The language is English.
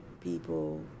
people